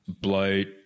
bloat